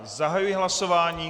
Zahajuji hlasování.